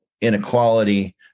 inequality